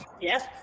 Yes